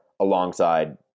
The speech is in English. alongside